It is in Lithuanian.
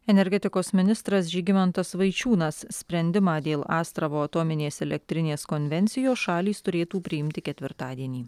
energetikos ministras žygimantas vaičiūnas sprendimą dėl astravo atominės elektrinės konvencijos šalys turėtų priimti ketvirtadienį